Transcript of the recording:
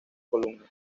columna